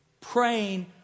Praying